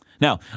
Now